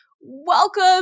welcome